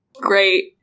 Great